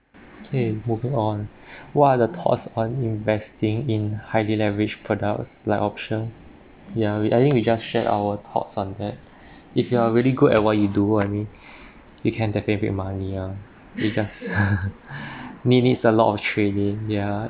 okay moving on what are the thoughts on investing in highly leverage products like option yeah we I think we just share our thoughts on that if you are really good at what you do I mean you can definitely make money ah he go~ me needs a lot of training yeah